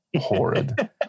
Horrid